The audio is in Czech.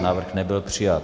Návrh nebyl přijat.